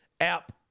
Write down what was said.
app